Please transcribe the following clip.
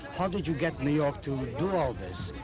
how did you get new york to do all this?